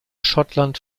schottland